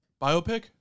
Biopic